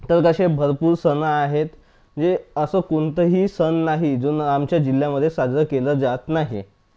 तर असे भरपूर सण आहेत म्हणजे असं कोणतंही सण नाही जो न आमच्या जिल्ह्यामध्ये साजरं केलं जात नाही